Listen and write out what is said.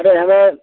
अरे हमें